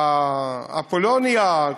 אפולוניה,